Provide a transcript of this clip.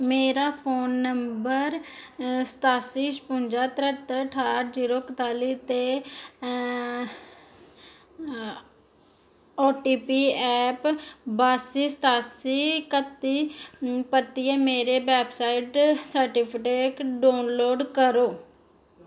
मेरा phone number सतासी छपुंजा तरत्त्र ठाह्ट जीरो कताली ते ओटीपी ऐप बासी सतासी कत्ती परतियै मेरे वैवसाइट सर्टिफिकेट डाउनलोड करो